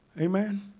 Amen